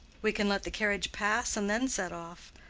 we can let the carriage pass and then set off.